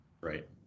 Right